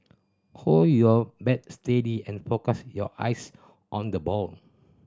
hold your bat steady and focus your eyes on the ball